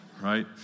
right